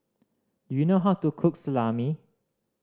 do you know how to cook Salami